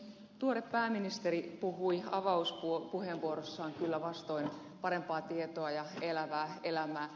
tuore pääministeri puhui avauspuheenvuorossaan kyllä vastoin parempaa tietoa ja elävää elämää